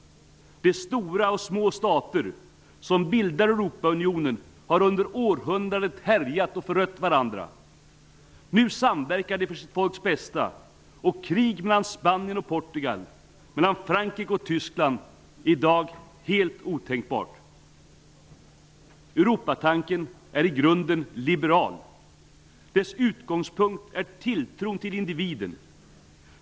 De stora och små stater som bildar Europaunionen har under århundraden härjat och förött varandra. Nu samverkar de för sina folks bästa, och krig mellan Tyskland är i dag helt otänkbart. Europatanken är i grunden liberal. Dess utgångspunkt är tilltron till individen.